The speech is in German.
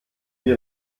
wir